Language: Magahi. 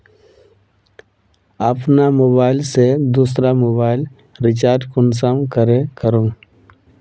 अपना मोबाईल से दुसरा मोबाईल रिचार्ज कुंसम करे करूम?